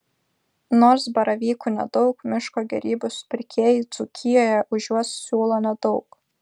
nors baravykų nedaug miško gėrybių supirkėjai dzūkijoje už juos siūlo nedaug